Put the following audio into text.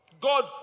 God